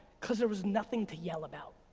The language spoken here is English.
cause there was nothing to yell about.